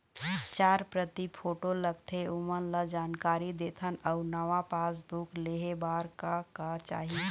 चार प्रति फोटो लगथे ओमन ला जानकारी देथन अऊ नावा पासबुक लेहे बार का का चाही?